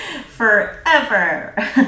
Forever